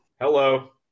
Hello